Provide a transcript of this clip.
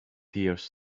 tears